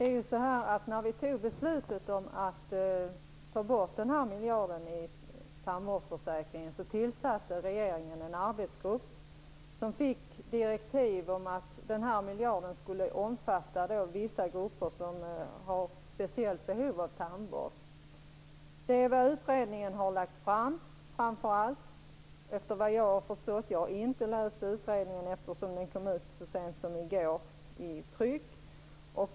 Fru talman! När vi fattade beslutet om att ta bort denna miljard i tandvårdsförsäkringen, tillsatte regeringen en arbetsgrupp som fick direktiv om att denna miljard skulle omfatta vissa grupper som har speciellt behov av tandvård. Detta är också, såvitt jag har förstått, vad utredningen har gjort. Jag har inte läst utredningen eftersom den kom ut i tryck så sent som i går.